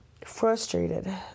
frustrated